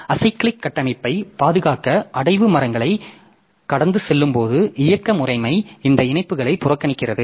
acyclic கட்டமைப்பைப் பாதுகாக்க அடைவு மரங்களை கடந்து செல்லும்போது இயக்க முறைமை இந்த இணைப்புகளை புறக்கணிக்கிறது